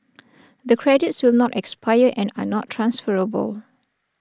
the credits should not expire and are not transferable